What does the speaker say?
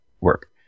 work